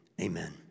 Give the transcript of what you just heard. amen